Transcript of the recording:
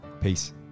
Peace